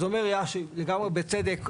אז אומר יאשי לגמרי בצדק,